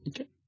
Okay